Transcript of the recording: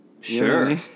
Sure